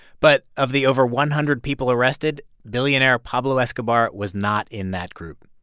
but of the over one hundred people arrested, billionaire pablo escobar was not in that group.